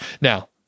Now